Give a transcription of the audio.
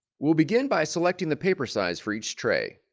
will begin by selecting the paper size for each tray.